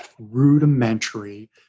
rudimentary